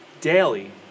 daily